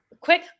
quick